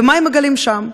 ומה הם מגלים שם?